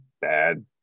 bad